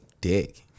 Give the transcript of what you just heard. dick